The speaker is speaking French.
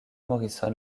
morrison